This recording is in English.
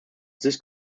this